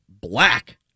Black